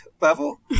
level